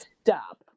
stop